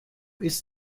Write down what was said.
ist